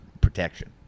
protection